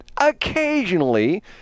occasionally